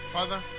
Father